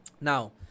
Now